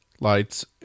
lights